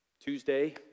Tuesday